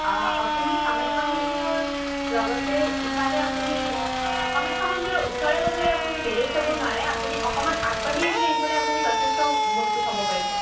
আপুনি কামাখ্যা মন্দিৰৰ লগতে ইফালে আপুনি কামাখ্যা মন্দিৰৰ ওচৰে পাজৰে আপুনি বেলেগ চাব নোৱাৰে আপুনি অকণমান আগবাঢ়ি আহিলে এইফালে আপুনি যথেষ্ট বস্তু চাব পাৰিব